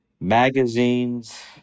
magazines